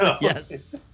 Yes